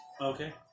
Okay